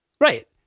Right